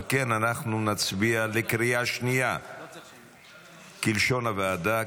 על כן אנחנו נצביע בקריאה השנייה כלשון הוועדה,